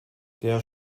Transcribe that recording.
der